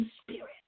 Spirit